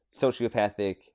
sociopathic